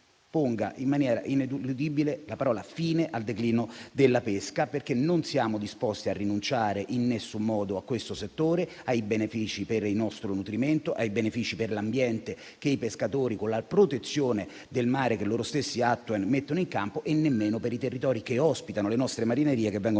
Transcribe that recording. ponga in maniera ineludibile la parola fine al declino della pesca, perché non siamo disposti a rinunciare in nessun modo a questo settore, ai benefici per il nostro nutrimento, ai benefici per l'ambiente (considerata la protezione del mare che i pescatori mettono in campo) e per i territori che ospitano le nostre marinerie, che vengono qualificati